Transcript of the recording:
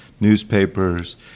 newspapers